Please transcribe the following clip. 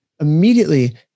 immediately